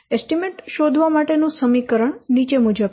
estimate શોધવા માટે નું સમીકરણ નીચે મુજબ છે